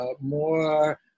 more